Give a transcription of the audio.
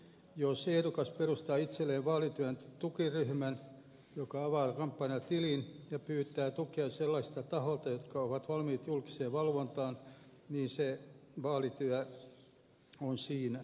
jos ehdokas perustaa itselleen vaalityön tukiryhmän joka avaa kampanjatilin ja pyytää tukea sellaisilta tahoilta jotka ovat valmiit julkiseen valvontaan se vaalityö on siinä